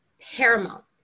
paramount